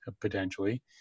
potentially